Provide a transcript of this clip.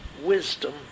wisdom